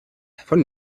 von